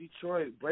Detroit